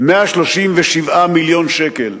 137 מיליון שקל.